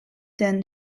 den